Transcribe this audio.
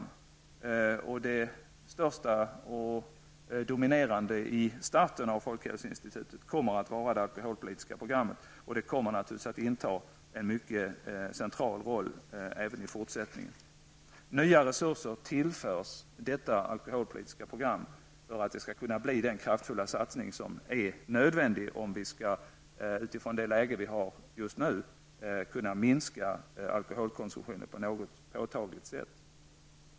Det alkoholpolitiska programmet kommer att vara det största och dominerande programmet när folkhälsoinstitutet startar sin verksamhet. Det kommer naturligvis att inta en mycket central roll även i fortsättningen. Nya resurser tillförs detta alkoholpolitiska program för att det skall kunna bli den kraftfulla satsning som är nödvändig om vi -- utifrån det läge vi just nu har -- skall kunna minska alkoholkonsumtionen på ett påtagligt sätt.